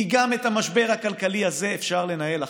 כי גם את המשבר הכלכלי הזה אפשר לנהל אחרת.